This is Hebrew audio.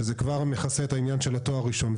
שזה כבר מכסה את העניין של התואר הראשון,